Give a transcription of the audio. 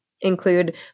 include